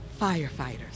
Firefighters